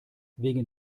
wegen